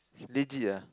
legit ah